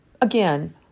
again